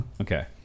Okay